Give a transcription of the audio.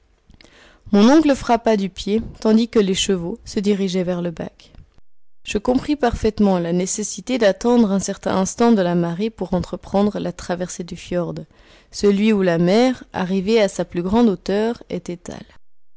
mon oncle frappa du pied tandis que les chevaux se dirigeaient vers le bac je compris parfaitement la nécessité d'attendre un certain instant de la marée pour entreprendre la traversée du fjrd celui où la mer arrivée à sa plus grande hauteur